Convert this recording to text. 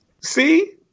see